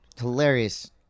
hilarious